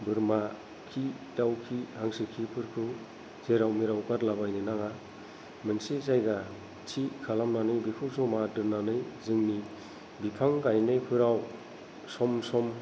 बोरमा खि दाउ खि हांसो खिफोरखौ जेराव मेराव गारला बायनो नाङा मोनसे जायगा थि खालामनानै बेखौ जमा दोन्नानै जोंनि बिफां गायनायफोराव सम सम